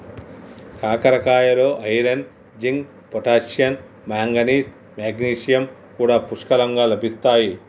కాకరకాయలో iron, zinc, potassium, manganese, magnesium కూడా పుష్కలంగా లభిస్తాయి